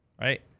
Right